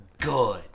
good